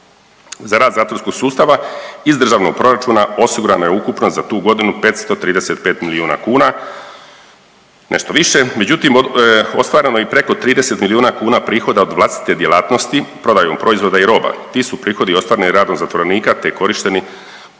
Za rad zatvorskog sustava iz državnog proračuna osigurano je ukupno za tu godinu 535 milijuna kuna, nešto više. Međutim, ostvareno je i preko 30 milijuna kuna prihoda od vlastite djelatnosti prodajom proizvoda i roba. Ti su prihodi ostvareni radom zatvorenika, te korišteni,